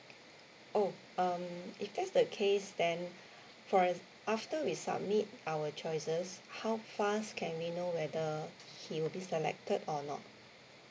oh um if that's the case then for a after we submit our choices how fast can we know whether he will be selected or not